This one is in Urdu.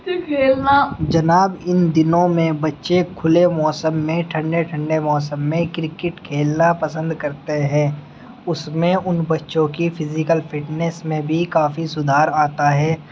کھیلنا جناب ان دنوں میں بچے کھلے موسم میں ٹھنڈے ٹھنڈے موسم میں کرکٹ کھیلنا پسند کرتے ہیں اس میں ان بچوں کی فزیکل فٹنیس میں بھی کافی سدھار آتا ہے